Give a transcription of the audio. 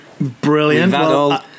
Brilliant